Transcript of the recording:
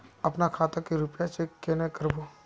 अपना खाता के रुपया चेक केना करबे?